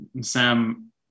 Sam